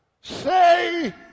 say